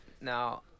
now